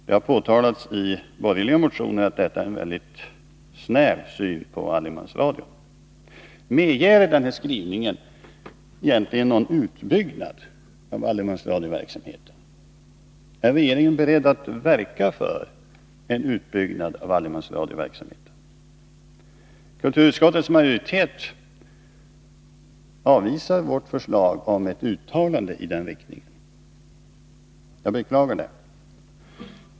Det har påtalats i borgerliga motioner att detta är ett uttryck för en mycket snäv syn på allemansradion. Medger denna skrivning egentligen någon utbyggnad av allemansradion? Är regeringen beredd att verka för en utbyggnad. av allemansradion? Kulturutskottets majoritet avvisar vårt förslag om ett uttalande i den riktningen. Jag beklagar det.